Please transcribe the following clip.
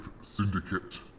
Syndicate